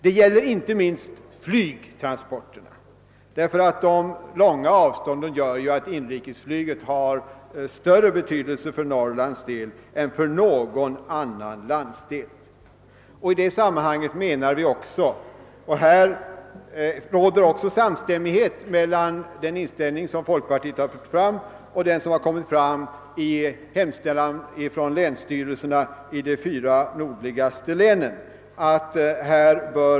Det gäller inte minst flygtransporterna, eftersom de långa avstånden gör att inrikesflyget har större betydelse för Norrland än för någon annan landsdel. I det sammanhanget menar vi att åtgärder bör vidtas. Här råder det samstämmighet mellan den inställning som folkpartiet har angivit och den som kommer fram i hemställan från länsstyrelserna i de fyra nordligaste länen.